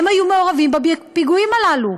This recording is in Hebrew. הם היו מעורבים בפיגועים הללו.